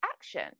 action